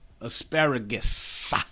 Asparagus